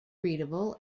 readable